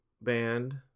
band